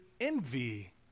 envy